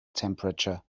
temperature